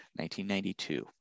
1992